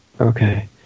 okay